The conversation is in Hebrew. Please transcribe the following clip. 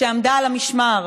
שעמדה על המשמר,